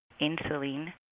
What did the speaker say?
insulin